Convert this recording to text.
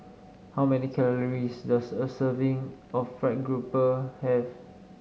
how many calories does a serving of fried grouper have